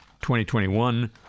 2021